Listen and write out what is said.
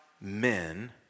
men